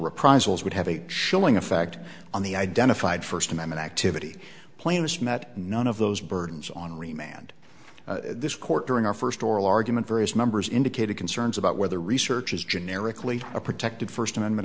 reprisals would have a chilling effect on the identified first amendment activity plaintiffs met none of those burdens on remain and this court during our first oral argument various members indicated concerns about whether research is generically a protected first amendment